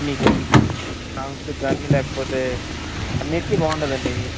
మీకు సాంగ్సుకి కాని లేకపోతే అన్నిటికి బాగుంటుంది అండి